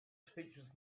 teaches